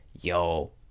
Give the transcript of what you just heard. yo